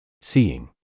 Seeing